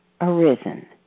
arisen